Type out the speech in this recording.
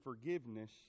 forgiveness